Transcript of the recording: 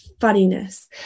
funniness